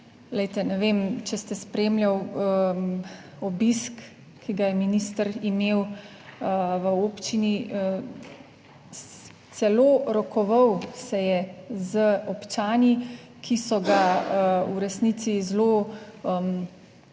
Glejte, ne vem, če ste spremljali obisk, ki ga je minister imel v občini, celo rokoval se je z občani, ki so ga v resnici zelo intenzivno